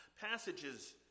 Passages